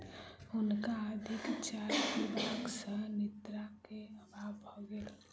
हुनका अधिक चाय पीबा सॅ निद्रा के अभाव भ गेल